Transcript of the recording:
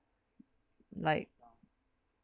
like